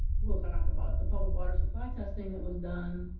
will talk about the public water supply testing that was done.